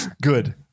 Good